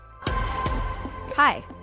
Hi